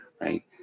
right